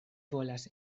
volas